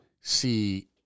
see